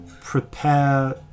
prepare